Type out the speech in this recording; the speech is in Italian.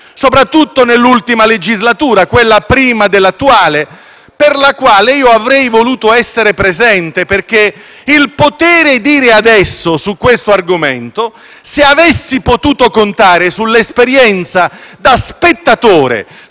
soprattutto nell'ultima legislatura, quella prima dell'attuale, per la quale avrei voluto essere presente, perché il poter dire adesso su questo argomento, se avessi potuto contare sull'esperienza da spettatore,